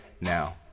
now